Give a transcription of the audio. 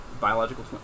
biological